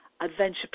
adventure